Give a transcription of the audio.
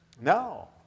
No